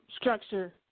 structure